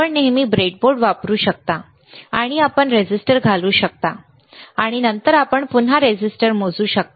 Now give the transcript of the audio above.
आपण नेहमी ब्रेडबोर्ड वापरू शकता आणि आपण रेझिस्टर घालू शकता आणि नंतर आपण पुन्हा रेझिस्टर मोजू शकता